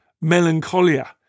melancholia